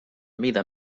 mida